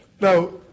Now